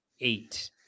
eight